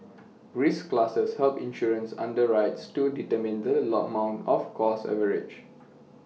risk classes help insurance underwriters to determine the lot amount of cost coverage